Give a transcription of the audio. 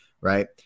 right